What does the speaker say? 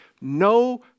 no